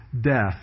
death